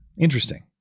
interesting